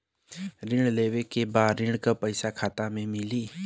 ऋण लेवे के बाद ऋण का पैसा खाता में मिली?